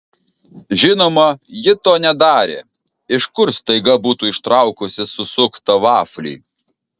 žinoma ji to nedarė iš kur staiga būtų ištraukusi susuktą vaflį